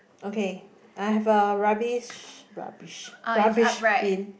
okay I have a rubbish rubbish rubbish bin